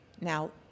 Now